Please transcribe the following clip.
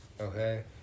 Okay